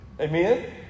Amen